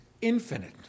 infinite